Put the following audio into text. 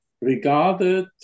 regarded